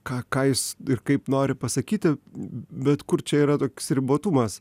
ką ką jis ir kaip nori pasakyti bet kur čia yra toks ribotumas